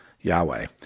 Yahweh